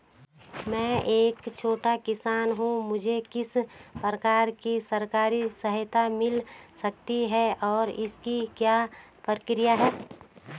मैं एक छोटा किसान हूँ मुझे किस प्रकार की सरकारी सहायता मिल सकती है और इसकी क्या प्रक्रिया है?